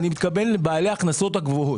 ואני מתכוון לבעלי ההכנסות הגבוהות.